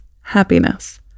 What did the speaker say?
happiness